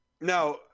Now –